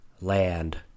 Land